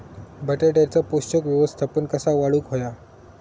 बटाट्याचा पोषक व्यवस्थापन कसा वाढवुक होया?